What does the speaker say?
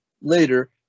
later